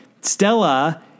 Stella